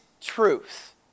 truth